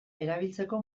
erabiltzeko